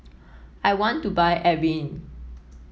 I want to buy Avene